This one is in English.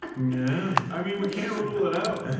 yeah, i mean we can't rule it out.